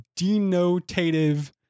denotative